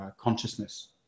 consciousness